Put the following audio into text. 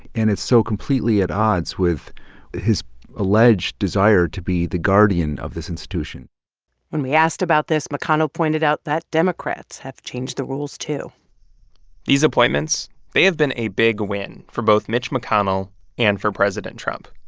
and it's so completely at odds with his alleged desire to be the guardian of this institution when we asked about this, mcconnell pointed out that democrats have changed the rules, too these appointments they have been a big win for both mitch mcconnell and for president trump.